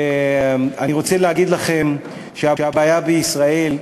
אני רוצה להגיד לכם שהבעיה בישראל,